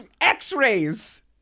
X-rays